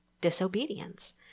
disobedience